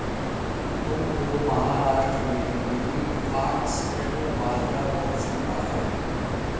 तुमको महाराष्ट्र में भी फॉक्सटेल बाजरा मिल सकता है